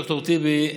ד"ר טיבי,